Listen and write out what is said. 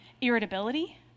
irritability